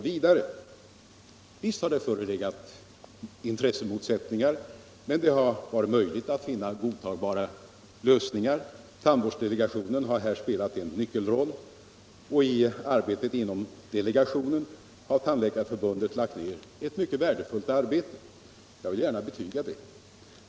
Visst har det förelegat intressemotsättningar, men det har varit möjligt att finna godtagbara lösningar. Tandvårdsdelegationen har här spelat en nyckelroll, och i arbetet inom delegationen har Tandläkarförbundet lagt ned ewt värdefullt arbete.